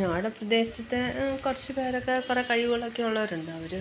ഞങ്ങളുടെ പ്രദേശത്തെ കുറച്ച് പേരൊക്കെ കുറെ കഴിവുകളൊക്കെ ഉള്ളവരുണ്ട് അവർ